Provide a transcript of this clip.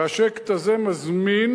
והשקט הזה מזמין